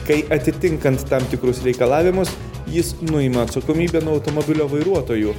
kai atitinkant tam tikrus reikalavimus jis nuima atsakomybę nuo automobilio vairuotojų